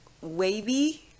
wavy